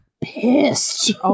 pissed